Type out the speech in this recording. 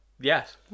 Yes